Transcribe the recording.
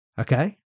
okay